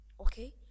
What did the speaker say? okay